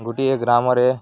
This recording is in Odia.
ଗୋଟିଏ ଗ୍ରାମରେ